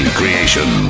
creation